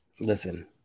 Listen